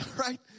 right